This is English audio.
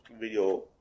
video